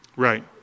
Right